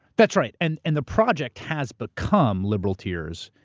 that's right. and and the project has become liberal tears,